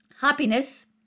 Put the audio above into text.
Happiness